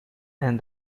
and